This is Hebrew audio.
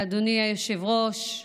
אדוני היושב-ראש,